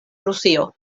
rusio